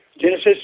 Genesis